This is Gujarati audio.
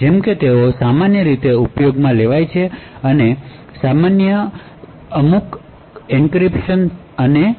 જેમ કે તેઓ સામાન્ય રીતે જાતે જ ઉપયોગમાં લેતા નથી પરંતુ ખાસ કરીને સીઆરપી છુપવા એન્ક્રિપ્શન અથવા